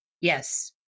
Yes